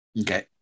Okay